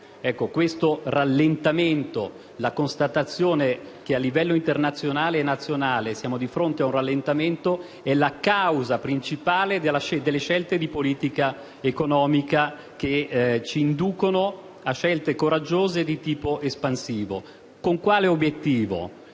crescita economica. La constatazione che a livello internazionale e nazionale siamo di fronte a un rallentamento è la causa fondamentale delle scelte di politica economica che ci inducono a decisioni coraggiose di tipo espansivo, con l'obiettivo